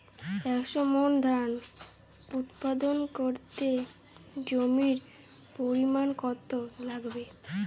একশো মন ধান উৎপাদন করতে জমির পরিমাণ কত লাগবে?